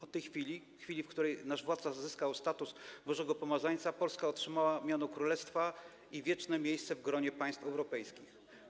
Od chwili, w której nasz władca zyskał status Bożego pomazańca, Polska otrzymała miano królestwa i wieczne miejsce w gronie państw europejskich.